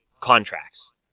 Contracts